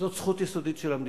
זו זכות יסודית של המדינה.